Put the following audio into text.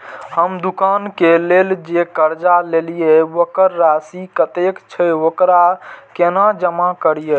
हम दुकान के लेल जे कर्जा लेलिए वकर राशि कतेक छे वकरा केना जमा करिए?